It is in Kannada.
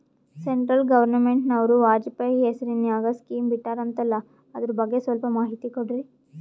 ಸೆಂಟ್ರಲ್ ಗವರ್ನಮೆಂಟನವರು ವಾಜಪೇಯಿ ಹೇಸಿರಿನಾಗ್ಯಾ ಸ್ಕಿಮ್ ಬಿಟ್ಟಾರಂತಲ್ಲ ಅದರ ಬಗ್ಗೆ ಸ್ವಲ್ಪ ಮಾಹಿತಿ ಕೊಡ್ರಿ?